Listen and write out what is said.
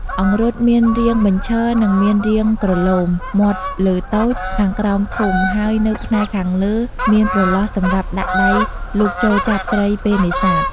អង្រុតមានរាងបញ្ឈរនិងមានរាងក្រឡូម មាត់លើតូច ខាងក្រោមធំហើយនៅផ្នែកខាងលើមានប្រឡោះសម្រាប់ដាក់ដៃលូកចូលចាប់ត្រីពេលនេសាទ។